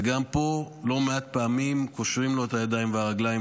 וגם פה לא מעט פעמים קושרים לו את הידיים והרגליים,